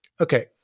okay